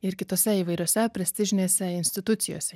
ir kitose įvairiose prestižinėse institucijose